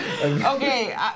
Okay